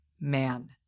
man